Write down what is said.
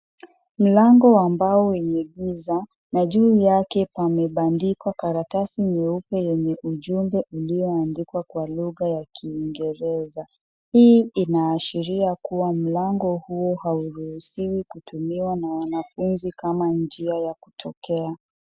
Mlango wa mbao wenye giza, na juu yake pamebandikwa karatasi nyeupe yenye ujumbe ulioandikwa kwa lugha ya kiingereza. Hii inaashiria kuwa mlango huo hauruhusiwi kutumiwa na wanafunzi kama njia ya kutokea.